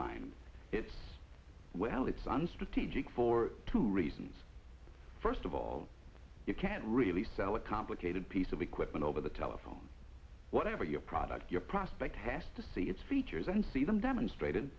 mind it's well it's an strategic for two reasons first of all you can't really sell a complicated piece of equipment over the telephone whatever your product your prospect has to see its features and see them demonstrated